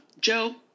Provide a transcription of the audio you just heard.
Joe